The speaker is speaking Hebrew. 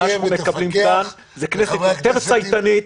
-- מה שמקבלים כאן זה כנסת יותר צייתנית,